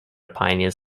pioneers